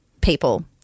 people